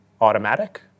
automatic